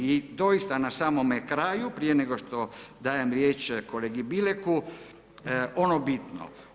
I doista na samome kraju prije nego što dajem riječ kolegi Bileku ono bitno.